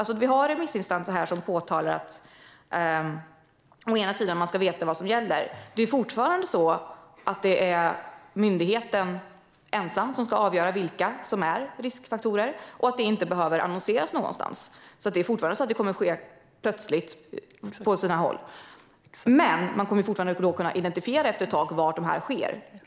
Det finns remissinstanser som säger att man ska veta vad som gäller. Det är fortfarande myndigheten ensam som ska avgöra vilka som är riskfaktorer, och det behöver inte annonseras någonstans. Det kommer alltså fortfarande att ske plötsligt på sina håll. Men man kommer då efter ett tag att kunna identifiera var detta sker.